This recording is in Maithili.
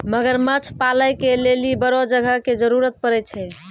मगरमच्छ पालै के लेली बड़ो जगह के जरुरत पड़ै छै